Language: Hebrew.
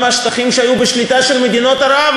השטחים שהיו בשליטה של מדינות ערב,